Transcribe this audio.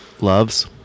loves